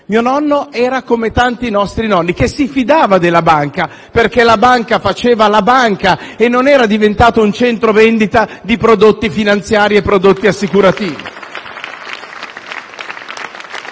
Mio nonno era come tanti nostri nonni e si fidava della banca, perché la banca faceva la banca e non era diventata un centro vendita di prodotti finanziari e prodotti assicurativi.